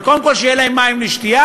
אבל קודם כול שיהיו להם מים לשתייה,